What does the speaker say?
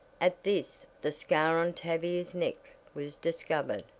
at this the scar on tavia's neck was discovered.